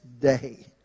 day